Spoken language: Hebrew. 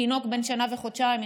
תינוק בן שנה וחודשיים,